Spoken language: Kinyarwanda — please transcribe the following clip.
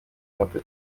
moto